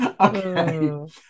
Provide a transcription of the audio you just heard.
Okay